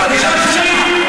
אתה בקריאה שנייה.